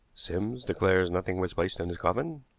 sims declares nothing was placed in his coffin,